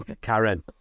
Karen